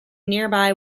nearby